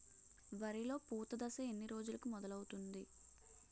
వరిలో పూత దశ ఎన్ని రోజులకు మొదలవుతుంది?